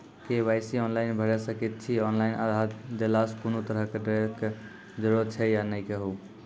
KYC online भैरि सकैत छी, ऑनलाइन आधार देलासॅ कुनू तरहक डरैक जरूरत छै या नै कहू?